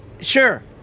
Sure